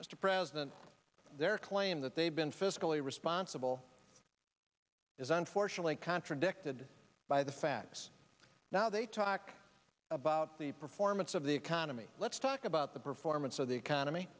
mr president their claim that they have been fiscally responsible is unfortunately contradicted by the facts now they talk about the performance of the economy let's talk about the performance of the economy